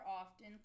often